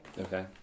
Okay